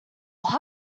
why